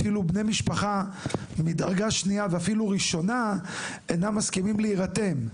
אפילו בני משפחה מדרגה שנייה ואפילו ראשונה אינם מסכימים להירתם,